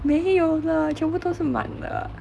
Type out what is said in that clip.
没有了全部都是满了